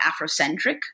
Afrocentric